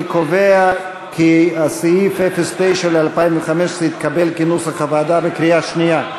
אני קובע כי סעיף 09 ל-2015 התקבל כנוסח הוועדה בקריאה שנייה.